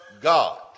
God